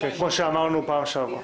כמו שאמרנו בפעם שעברה.